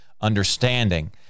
understanding